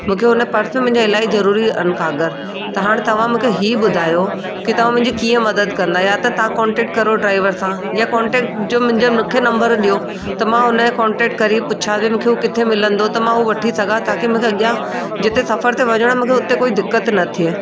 मूंखे उन पर्स इलाही ज़रूरी आहिनि कागर त हाणे तव्हां मूंखे ई ॿुधायो की तव्हां मुंहिंजी कीअं मदद कंदा या त तव्हां कॉन्टेक्ट करो ड्राईवर सां या कॉन्टेक्ट जो मुंहिंजो मूंखे नम्बर ॾियो त मां हुन खे करे पुछां त हीअ मूंखे किथे मिलंदो त मां हू वठी सघां ताकी मूंखे अॻियां जिते सफर ते वञिणो आहे मूंखे उते कोई दिक़त न थिए